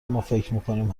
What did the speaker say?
مافکرمیکنیم